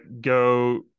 go